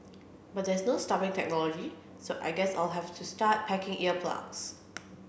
but there's no stopping technology so I guess I'll have to start packing ear plugs